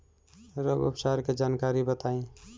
रोग उपचार के जानकारी बताई?